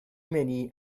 many